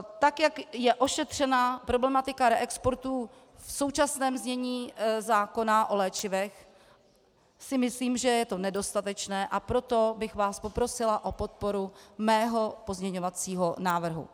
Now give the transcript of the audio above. Tak jak je ošetřena problematika reexportů v současném znění zákona o léčivech, si myslím, že je to nedostatečné, a proto bych vás poprosila o podporu mého pozměňovacího návrhu.